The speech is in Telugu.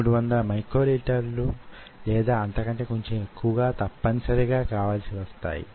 మీకు అవకాశమున్నది లేదా మీకు శాస్త్ర పరిజ్ఞానం వున్నది